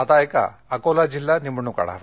आता ऐका अकोला जिल्हा निवडणुक आढावा